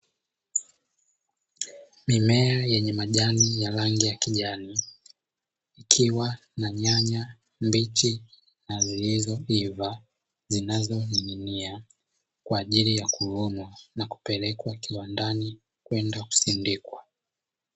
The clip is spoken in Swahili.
Mimea yenye majani ya rangi ya kijani ikiwa na nyanya mbichi na zilizoiva, zinazoning'inia kwa ajili ya kuonwa na kupelekwa kiwandani kwenda kusindikwa.